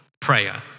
prayer